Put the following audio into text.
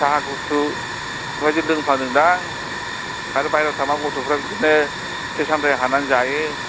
साहा गुसु बेफोरबायदि लोंफ्लांदोंदां आरो बाहेराव थायोबा गथ'फ्रा बिदिनो फिथाइ सामथाय हाननानै जायो